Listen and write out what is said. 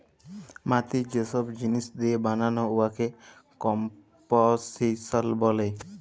মাটি যে ছব জিলিস দিঁয়ে বালাল উয়াকে কম্পসিশল ব্যলে